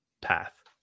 path